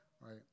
right